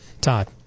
Todd